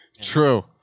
True